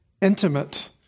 intimate